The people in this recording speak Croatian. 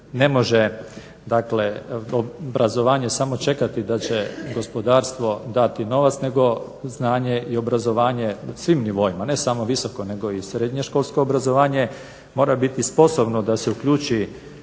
ne može obrazovanje samo čekati da će gospodarstvo dati novac nego znanje i obrazovanje na svim nivoima, ne samo visoko nego i srednjoškolsko obrazovanje mora biti sposobno da se uključi